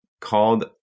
called